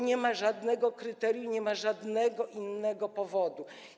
Nie ma żadnego kryterium, nie ma żadnego innego powodu.